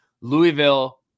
Louisville